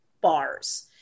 bars